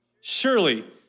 Surely